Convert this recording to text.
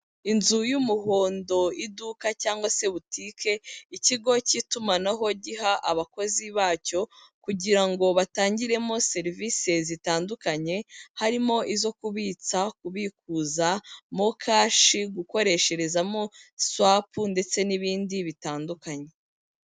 Inzu y'umuhondo, iduka cyangwa se butike, ikigo cy'itumanaho giha abakozi bacyo kugira batangiremo serivisi zitandukanye, harimo izo kubitsa, kubikuza, mokashi, gukoresherezamo swapu ndetse n'ibindi bitandukanye.